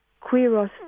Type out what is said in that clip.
Quiros